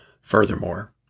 Furthermore